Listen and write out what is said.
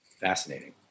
Fascinating